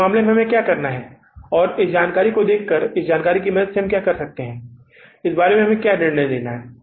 अब इस मामले में हमें क्या करना है और इस जानकारी को देखकर या इस जानकारी की मदद से हम क्या कर सकते हैं इस बारे में हमें क्या निर्णय लेना है